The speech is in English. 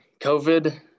COVID